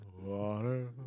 water